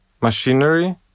machinery